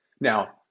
Now